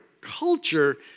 culture